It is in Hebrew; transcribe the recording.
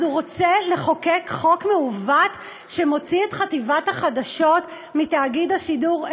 אז הוא רוצה לחוקק חוק מעוות שמוציא את חטיבת החדשות מתאגיד השידור?